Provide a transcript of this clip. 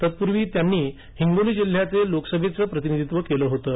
तत्पूर्वी त्यांनी हिंगोली जिल्ह्याचं लोकसभेत प्रतिनिधित्व केलं होतं